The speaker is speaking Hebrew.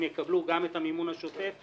הם יקבלו גם את המימון השוטף,